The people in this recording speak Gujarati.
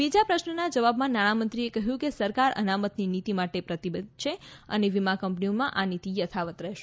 બીજા પ્રશ્નનાં જવાબમાં નાણાંમંત્રીએ કહ્યું કે સરકાર અનામતની નીતી માટે પ્રતિબંધ છે અને વીમા કંપનીઓમાં આ નીતી યથાવત રહેશે